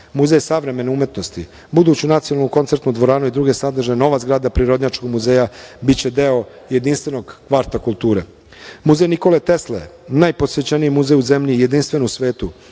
Muzej savremene umetnosti, buduću nacionalnu koncertnu dvoranu i druge sadržaje, nova zgrada Prirodnjačkog muzeja biće deo jedinstvenog kvarta kulture. Muzej „Nikole Tesle“, najposećeniji muzej u zemlji, jedinstven u svetu,